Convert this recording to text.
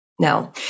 No